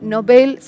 Nobel